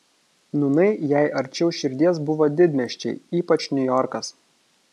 nūnai jai arčiau širdies buvo didmiesčiai ypač niujorkas